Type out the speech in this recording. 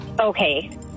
Okay